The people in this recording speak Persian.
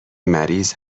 مریض